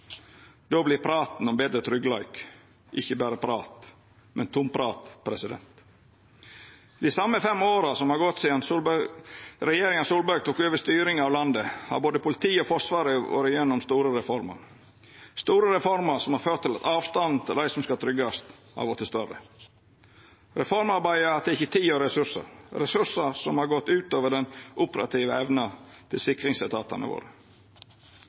Då blir praten om betre tryggleik ikkje berre prat, men tomprat. Dei same fem åra som har gått sidan regjeringa Solberg tok over styringa av landet, har både politiet og Forsvaret vore igjennom store reformer – reformer som har ført til at avstanden til dei som skal tryggjast, har vorte større. Reformarbeidet har teke tid og ressursar, ressursar som har gått ut over den operative evna til sikringsetatane våre.